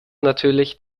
natürlich